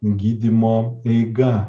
gydymo eiga